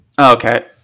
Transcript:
okay